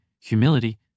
humility